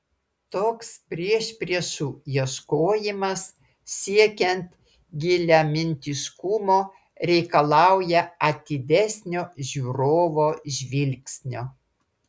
toks priešpriešų ieškojimas siekiant giliamintiškumo reikalauja atidesnio žiūrovo žvilgsnio